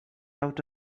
out